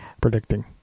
Predicting